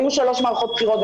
היו שלוש מערכות בחירות.